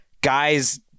guys